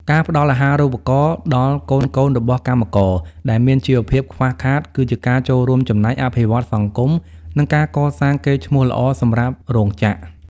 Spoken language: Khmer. ការផ្ដល់អាហារូបករណ៍ដល់កូនៗរបស់កម្មករដែលមានជីវភាពខ្វះខាត គឺជាការចូលរួមចំណែកអភិវឌ្ឍសង្គម និងការកសាងកេរ្តិ៍ឈ្មោះល្អសម្រាប់រោងចក្រ។